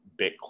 Bitcoin